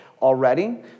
Already